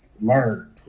learn